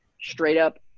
straight-up